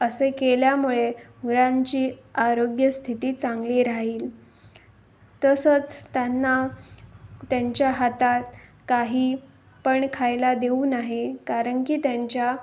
असे केल्यामुळे मुलांची आरोग्य स्थिती चांगली राहील तसंच त्यांना त्यांच्या हातात काही पण खायला देऊ नाही कारण की त्यांच्या